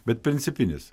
bet principinis